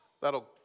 That'll